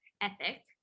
ethic